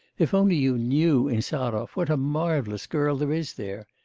if only you knew, insarov, what a marvellous girl there is there!